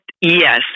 Yes